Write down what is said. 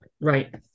Right